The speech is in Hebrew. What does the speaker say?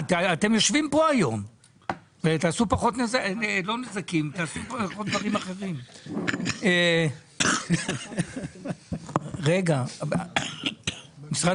משרד